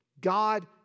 God